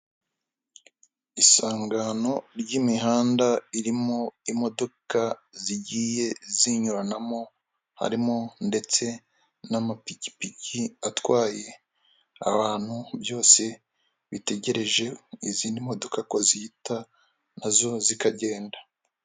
Isangano ry'imihanda irimo imodoka zigiye zinyuranamo harimo ndetse n'amapikipiki atwaye abantu, byose bitegereje izindi modoka ko ziyihita nazo zikagenda.